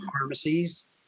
pharmacies